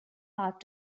hard